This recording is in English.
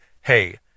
hey